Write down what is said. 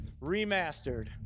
remastered